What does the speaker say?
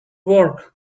work